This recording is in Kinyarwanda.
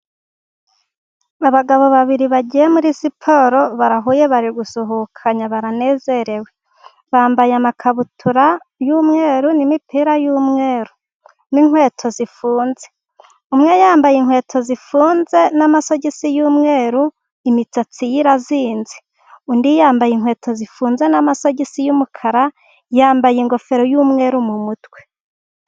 Abagabo babiri bagiye muri siporo, barahuye bari gusuhukanye, baranezerewe, bambaye amakabutura y'umweru, n'imipira y'umweru, n'inkweto zifunze, umwe yambaye inkweto zifunze, n'amasogisi y'umweru, imisatsi ye irazinze, undi yambaye inkweto zifunze, n'amasogisi y'umukara, yambaye ingofero y'umweru mu mutwe.